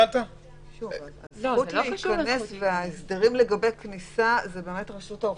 הזכות להיכנס וההסדרים לגבי כניסה זה עניין של רשות האוכלוסין.